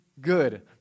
good